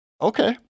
okay